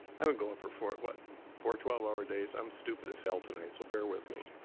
i've been going for four what four twelve hour days. i'm stupid as hell tonight, so bear with me.